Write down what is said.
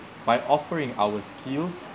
by offering our skills